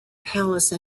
palace